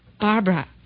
Barbara